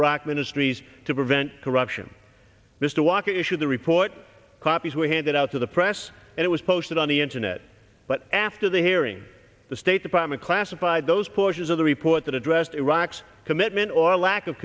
iraq ministries to prevent corruption mr walker issued the report copies were handed out to the press and it was posted on the internet but after the hearing the state department classified those portions of the report that addressed iraq's commitment or lack of